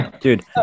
dude